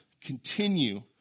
continue